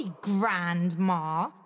Grandma